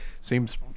seems